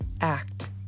Act